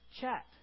chat